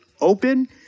open